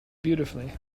beautifully